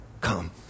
Come